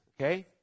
okay